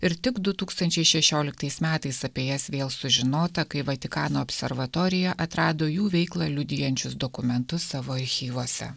ir tik du tūkstančiai šešioliktais metais apie jas vėl sužinota kai vatikano observatorija atrado jų veiklą liudijančius dokumentus savo archyvuose